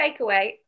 takeaway